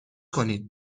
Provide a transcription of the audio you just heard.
کنید